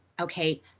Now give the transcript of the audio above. Okay